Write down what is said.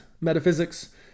metaphysics